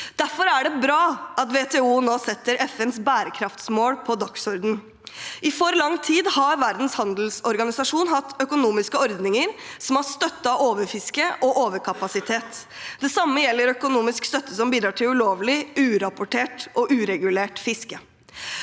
Derfor er det bra at WTO nå setter FNs bærekraftsmål på dagsordenen. I for lang tid har Verdens handelsorganisasjon hatt økonomiske ordninger som har støttet overfiske og overkapasitet. Det samme gjelder økonomisk støtte som bidrar til ulovlig, urapportert og uregulert fiske.